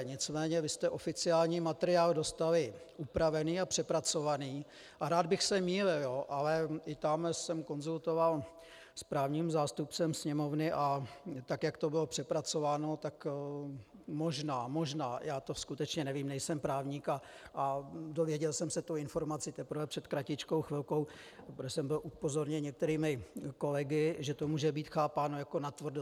Nicméně vy jste oficiální materiál dostali upravený a přepracovaný a rád bych se mýlil, ale i tam jsem konzultoval s právním zástupcem Sněmovny, a tak jak to bylo přepracováno, tak možná, možná, já to skutečně nevím, nejsem právník a dozvěděl jsem se tu informaci teprve před kratičkou chvilkou, protože jsem byl upozorněn některými kolegy, že to může být chápáno jako natvrdo.